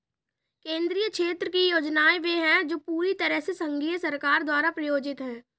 केंद्रीय क्षेत्र की योजनाएं वे है जो पूरी तरह से संघीय सरकार द्वारा प्रायोजित है